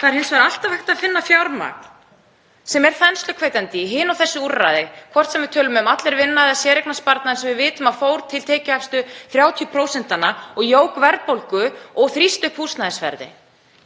Það er hins vegar alltaf hægt að finna fjármagn sem er þensluhvetjandi í hin og þessi úrræði, hvort sem við tölum um Allir vinna eða séreignarsparnaðinn sem við vitum að fór til tekjuhæstu 30% og jók verðbólgu og þrýsti upp húsnæðisverði.